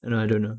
no I don't know